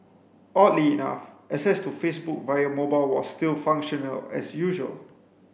oddly enough access to Facebook via mobile was still functional as usual